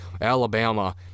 Alabama